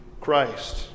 Christ